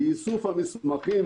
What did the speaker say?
בארנונה.